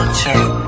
check